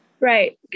Right